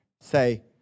Say